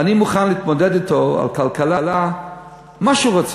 ואני מוכן להתמודד אתו בכלכלה על מה שהוא רוצה.